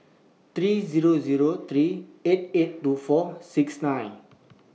three Zero Zero three eight eight two four six nine